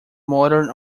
modern